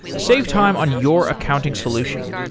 save time on your accounting solution.